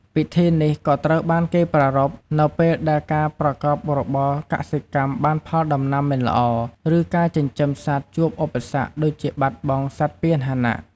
ពិធីនេះក៏ត្រូវបានគេប្រារព្ធ នៅពេលដែលការប្រកបរបរកសិកម្មបានផលដំណាំមិនល្អ ឬការចិញ្ចឹមសត្វជួបឧបសគ្គដូចជាបាត់បង់សត្វពាហន។